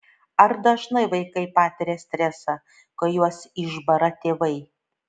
ar dažnai vaikai patiria stresą kai juos išbara tėvai